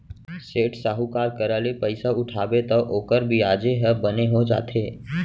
सेठ, साहूकार करा ले पइसा उठाबे तौ ओकर बियाजे ह बने हो जाथे